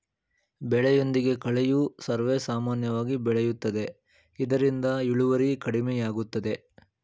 ಬೆಳೆಯೊಂದಿಗೆ ಕಳೆಯು ಸರ್ವೇಸಾಮಾನ್ಯವಾಗಿ ಬೆಳೆಯುತ್ತದೆ ಇದರಿಂದ ಇಳುವರಿ ಕಡಿಮೆಯಾಗುತ್ತದೆ